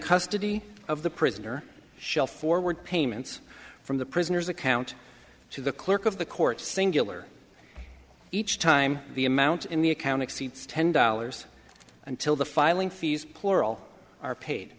custody of the prisoner shall forward payments from the prisoner's account to the clerk of the court cingular each time the amount in the account exceeds ten dollars until the filing fees plural are paid